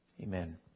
amen